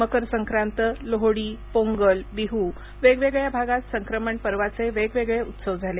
मकर संक्रांत लोहडी पोंगल बिहू वेगवेगळ्या भागात संक्रमणपर्वाचे वेगवेगळे उत्सव झाले